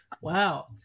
Wow